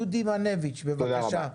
דודי מנביץ, בבקשה.